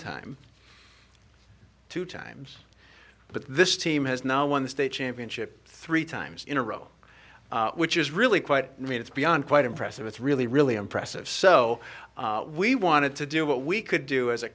time two times but this team has now won the state championship three times in a row which is really quite i mean it's beyond quite impressive it's really really impressive so we wanted to do what we could do as a